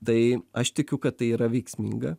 tai aš tikiu kad tai yra veiksminga